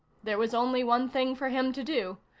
there was only one thing for him to do.